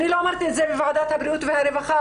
אני לא אמרתי את זה בוועדת הבריאות והרווחה,